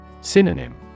Synonym